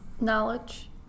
Knowledge